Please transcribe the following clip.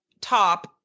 top